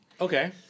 Okay